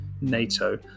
NATO